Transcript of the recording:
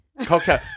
Cocktail